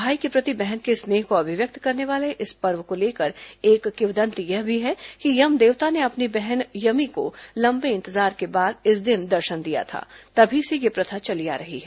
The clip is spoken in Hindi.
भाई के प्रति बहन के स्नेह को अभिव्यक्त करने वाले इस पर्व को लेकर एक किवदन्ति यह भी है कि यम देवता ने अपनी बहन यमी को लंबे इंतजार के बाद इस दिन दर्शन दिया था तभी से यह प्रथा चली आ रही है